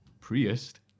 Priest